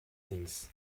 things